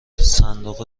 صندوق